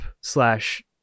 slash